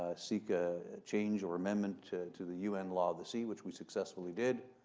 ah seek ah change or amendment to the un law of the sea, which we successfully did.